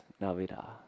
Navidad